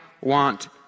want